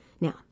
Now